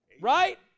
Right